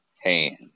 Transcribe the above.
hand